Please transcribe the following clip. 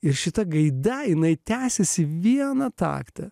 ir šita gaida jinai tęsiasi vieną taktą